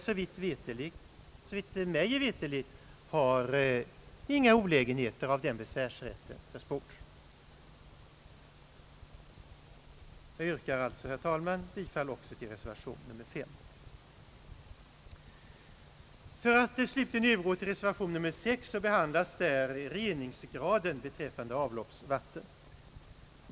Såvitt jag vet har inga olägenheter av den besvärsrätten försports. Jag yrkar alltså, herr talman, bifall till reservation V. I reservation VI slutligen behandlas reningsgraden beträffande avloppsvatten.